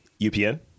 UPN